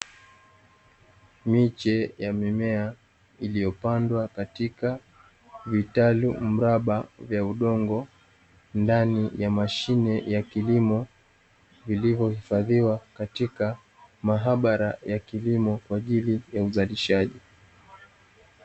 Miche ya mimea iliyopandwa katika vitalu mraba vya udongo ndani ya mashine ya kilimo iliyohifadhiwa katika maabara ya kilimo kwa ajili ya uzalishaji.